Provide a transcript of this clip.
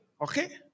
Okay